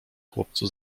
chłopcu